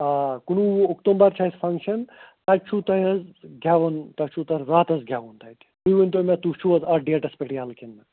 آ کُنوُہ وُہ اکتوبَر چھِ اَسہِ فَنٛکشَن تَتہِ چھُو تۅہہِ حظ گٮ۪وُن تۄہہِ چھُو تَتہِ راتَس گٮ۪وُن تَتہِ تُہۍ ؤنۍتَو مےٚ تُہۍ چھُو حظ اَتھ ڈیٹَس پٮ۪ٹھ یلہٕ کِنہٕ نہٕ